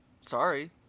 Sorry